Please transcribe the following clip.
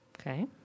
Okay